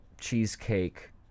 cheesecake